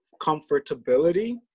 comfortability